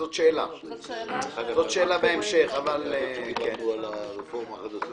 אבל זאת שאלה שיצטרכו לדון עליה בהמשך.